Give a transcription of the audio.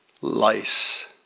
lice